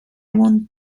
won